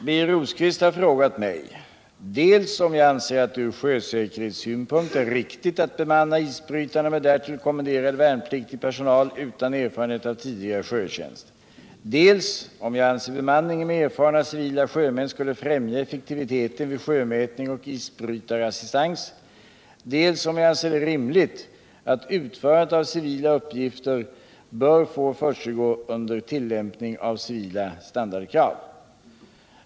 Birger Rosqvist har frågat mig dels om jag anser att det ur sjösäkerhetssynpunkt är riktigt att bemanna isbrytarna med därtill kommenderad värnpliktig personal utan erfarenhet av tidigare sjötjänst, dels om jag anser att bemanningen med erfarna civila sjömän skulle främja effektiviteten vid sjömätning och isbrytarassistans, dels om jag anser det rimligt att utförandet av civila uppgifter bör få försiggå under tillämpning av civila standardkrav.